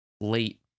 late